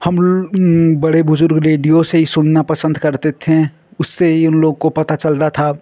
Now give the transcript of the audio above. हम बड़े बुजुर्ग़ रेडियो से ही सुनना पसन्द करते थे उससे ही उनलोगों को पता चलता था